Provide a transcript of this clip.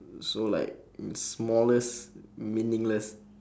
so like the smallest meaningless